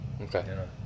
Okay